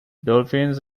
dolphins